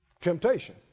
temptation